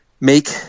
make